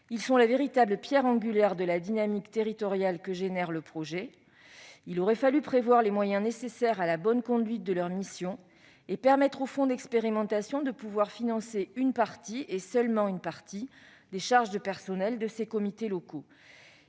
ils sont la véritable pierre angulaire de la dynamique territoriale que génère le projet. Il aurait fallu prévoir les moyens nécessaires à la bonne conduite de leurs missions et permettre au fonds d'expérimentation de financer une partie, et seulement une partie, de leurs charges de personnel. Nous pensons